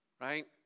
right